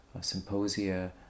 symposia